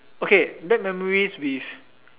okay bad memories with